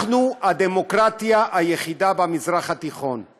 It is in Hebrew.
אנחנו הדמוקרטיה היחידה במזרח התיכון.